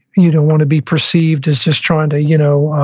you don't want to be perceived as just trying to you know